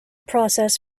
process